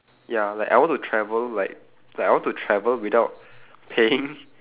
ya like I want to travel like like I want to travel without paying